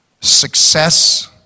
success